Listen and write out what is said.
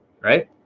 right